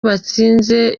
batsinze